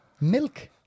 Milk